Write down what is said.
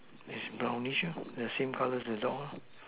its brownish the same color as dog